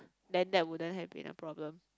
then there wouldn't have been a problem